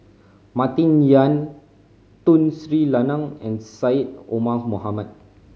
Martin Yan Tun Sri Lanang and Syed Omar Mohamed